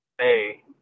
hey